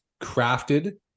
crafted